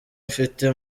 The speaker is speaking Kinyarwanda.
mfite